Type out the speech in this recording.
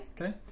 Okay